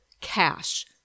cash